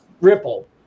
ripple